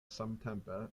samtempe